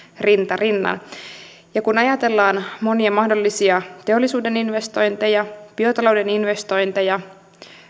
rinta rinnan kun ajatellaan monia mahdollisia teollisuuden investointeja biotalouden investointeja